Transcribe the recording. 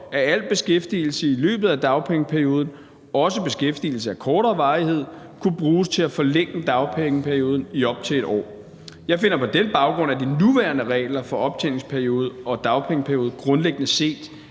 at al beskæftigelse i løbet af dagpengeperioden, også beskæftigelse af kortere varighed, kunne bruges til at forlænge dagpengeperioden i op til 1 år. Jeg finder på den baggrund, at de nuværende regler for optjeningsperiode og dagpengeperiode grundlæggende set